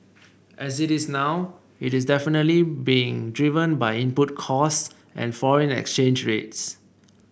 as it is now is definitely being driven by input costs and foreign exchange rates